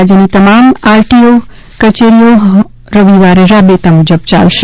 રાજ્યની તમામ આરટીઓ કચેરીઓ રવિવારે રાબેતા મૂજબ ચાલુ રહેશે